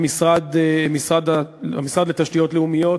משרד התשתיות הלאומיות,